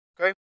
Okay